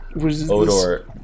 odor